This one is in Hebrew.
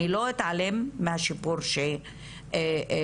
אני לא אתעלם מהשיפור שקרה.